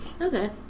Okay